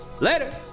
later